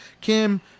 Kim